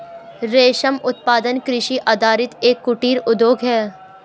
रेशम उत्पादन कृषि आधारित एक कुटीर उद्योग है